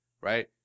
right